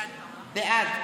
בעד עפר שלח,